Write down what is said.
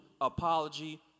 apology